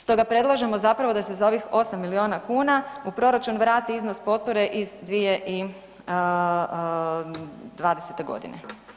Stoga predlažemo zapravo da se za ovih 8 milijuna kuna u proračun vrati iznos potpore iz 2020. g.